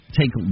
take